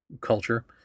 culture